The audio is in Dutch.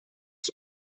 zijn